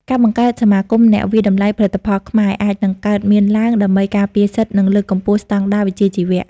ការបង្កើតសមាគមអ្នកវាយតម្លៃផលិតផលខ្មែរ អាចនឹងកើតមានឡើងដើម្បីការពារសិទ្ធិ និងលើកកម្ពស់ស្តង់ដារវិជ្ជាជីវៈ។